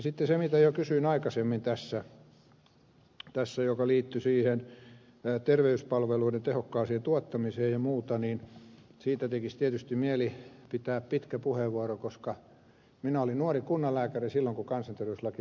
sitten siitä mitä jo kysyin aikaisemmin tässä mikä liittyi terveyspalveluiden tehokkaaseen tuottamiseen ja muuhun tekisi tietysti mieli pitää pitkä puheenvuoro koska minä olin nuori kunnanlääkäri silloin kun kansanterveyslaki tuli voimaan